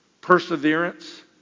perseverance